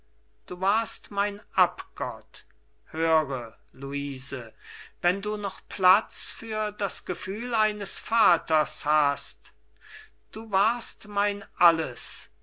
du warst mein abgott höre luise wenn du noch platz für das gefühl eines vaters hast du warst mein alles